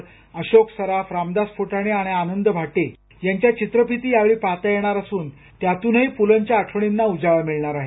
नरेंद्र जाधव अशोक सराफ रामदास फुटाणे आणि आनंद भाटे यांच्या चित्रफिती यावेळी पाहता येणार असून त्यातूनही पूलंच्या आठवणींना उजाळा मिळणार आहे